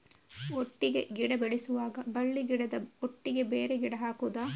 ಒಟ್ಟಿಗೆ ಗಿಡ ಬೆಳೆಸುವಾಗ ಬಳ್ಳಿ ಗಿಡದ ಒಟ್ಟಿಗೆ ಬೇರೆ ಗಿಡ ಹಾಕುದ?